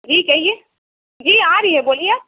جی کہیے جی آ رہی ہے بولیے